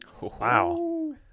Wow